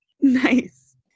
Nice